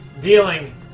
dealing